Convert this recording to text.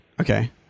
Okay